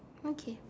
okay